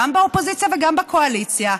גם באופוזיציה וגם בקואליציה,